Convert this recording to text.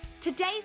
Today's